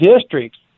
districts